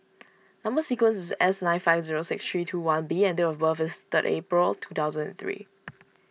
Number Sequence is S nine five zero six three two one B and date of birth is third April two thousand and three